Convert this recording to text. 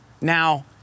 Now